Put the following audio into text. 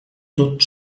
tot